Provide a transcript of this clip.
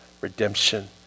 redemption